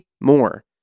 more